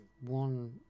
one